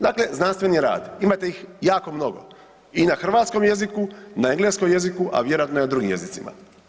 Dakle, znanstveni rad, imate ih jako mnogo i na hrvatskom jeziku, na engleskom jeziku, a vjerojatno i na drugim jezicima.